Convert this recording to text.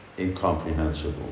incomprehensible